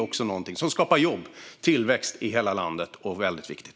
Detta skapar jobb och tillväxt i hela landet, och det är väldigt viktigt.